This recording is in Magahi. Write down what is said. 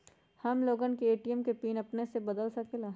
हम लोगन ए.टी.एम के पिन अपने से बदल सकेला?